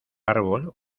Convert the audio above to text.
árbol